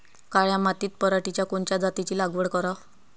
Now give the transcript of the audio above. काळ्या मातीत पराटीच्या कोनच्या जातीची लागवड कराव?